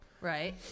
Right